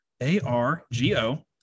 A-R-G-O